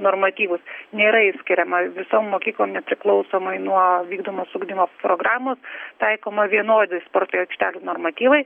normatyvus nėra išskiriama visom mokyklom nepriklausomai nuo vykdomos ugdymo programos taikoma vienodi sporto aikštelių normatyvai